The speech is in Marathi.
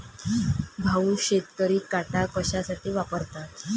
भाऊ, शेतकरी काटा कशासाठी वापरतात?